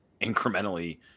incrementally